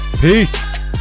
Peace